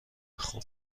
خوب